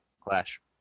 clash